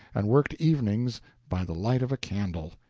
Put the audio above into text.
and worked evenings by the light of a candle.